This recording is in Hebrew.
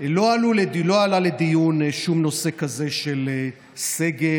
לא עלה לדיון שום נושא כזה של סגר.